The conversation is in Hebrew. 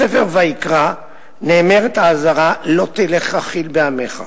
בספר ויקרא נאמרת האזהרה: "לא תלך רכיל בעמך",